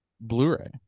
Blu-ray